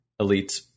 elites